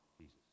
Jesus